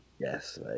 yes